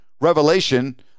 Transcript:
revelation